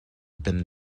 been